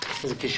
אני חוזר לתחילת